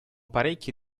parecchie